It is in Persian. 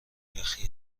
یخی